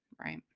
right